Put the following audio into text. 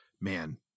man